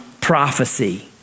prophecy